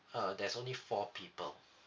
uh there's only four people